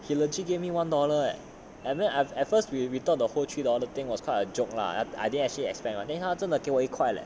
he legit gave me one dollar eh and then I at at first we thought whole three dollar thing was kind of joke lah I I didn't actually expect [one] then 他真的给我一块 leh